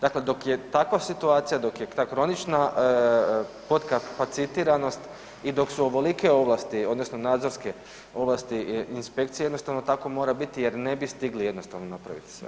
Dakle, dok je takva situacija dok je ta kronična potkapacitiranost i dok su ovolike ovlasti odnosno nadzorske ovlasti inspekcije jednostavno tako mora biti jer ne bi stigli jednostavno napraviti sve.